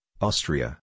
Austria